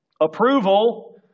Approval